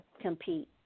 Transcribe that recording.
compete